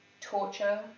torture